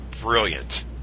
brilliant